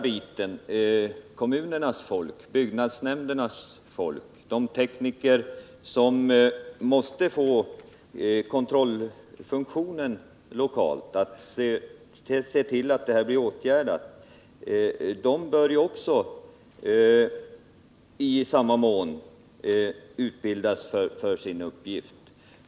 Men kommunernas folk, byggnadsnämndernas folk, de tekniker som måste få kontrollfunktionen lokalt, som har att se till att det här blir åtgärdat, bör också i samma mån utbildas för sin uppgift.